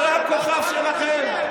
זה הכוכב שלכם?